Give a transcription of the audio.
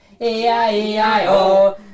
E-I-E-I-O